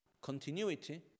continuity